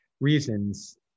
reasons